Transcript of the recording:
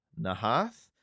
Nahath